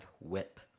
whip